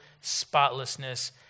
spotlessness